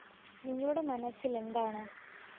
നിങ്ങളുടെ മനസ്സിലെന്താണ്